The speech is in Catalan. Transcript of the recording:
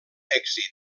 èxit